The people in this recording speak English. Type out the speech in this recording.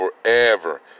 forever